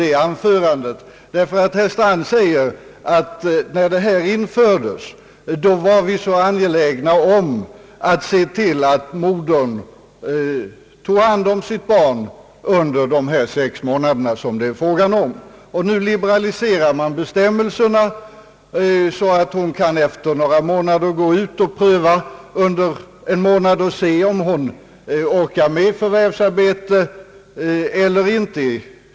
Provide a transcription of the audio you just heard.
Herr Strand sade att när den allmänna försäkringen infördes var vi så angelägna om att se till att modern tog hand om sitt barn under de sex månader som det är fråga om. Nu liberaliseras bestämmelserna så att modern efter några månader kan under en månad pröva om hon orkar med förvärvsarbete eller inte.